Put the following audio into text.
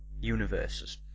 universes